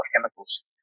chemicals